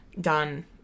done